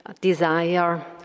desire